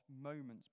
moments